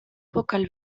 bokal